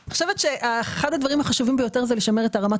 אני חושבת שאחד הדברים החשובים ביותר הוא לשמר את רמת